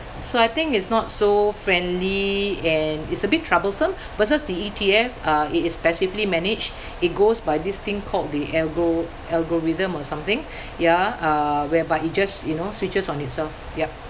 so I think it's not so friendly and it's a bit troublesome versus the E_T_F uh it is passively managed it goes by this thing called the algo~ algorithm or something ya uh whereby it just you know switches on itself ya